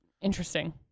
Interesting